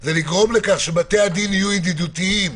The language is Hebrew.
זה לגרום לכך שבתי-הדין יהיו ידידותיים,